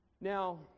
Now